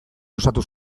luzatu